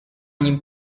nim